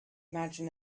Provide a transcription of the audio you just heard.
imagine